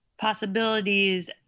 possibilities